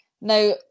Now